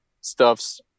stuff's